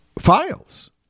files